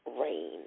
Rain